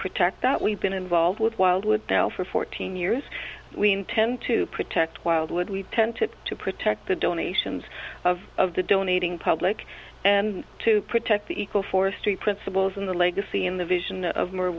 protect that we've been involved with wildwood now for fourteen years we intend to protect wildwood we tend to to protect the donations of of the donating public and to protect the eco forestry principles in the legacy in the vision of more